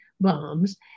bombs